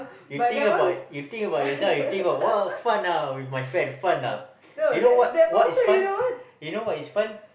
you think about you think about yourself you think about !wah! fun ah with my friend fun ah you know what what is fun you know what is fun